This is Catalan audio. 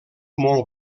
molt